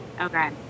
Okay